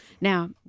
Now